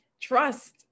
trust